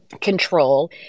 control